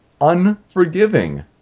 unforgiving